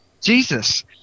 Jesus